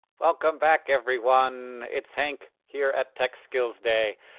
welcome back, everyone. it's hank here at tech skills day,